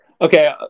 Okay